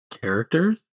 characters